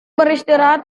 beristirahat